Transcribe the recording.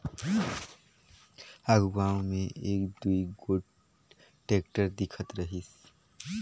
आघु गाँव मे एक दुई गोट टेक्टर दिखत रहिस